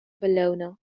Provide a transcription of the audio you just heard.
bologna